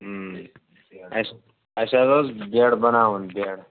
اَسہِ اَسہِ حظ اوس بٮ۪ڈ بناوُن بٮ۪ڈ